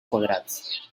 quadrats